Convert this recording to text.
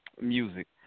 music